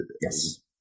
Yes